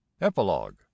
epilogue